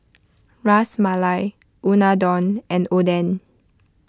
Ras Malai Unadon and Oden